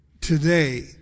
today